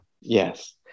Yes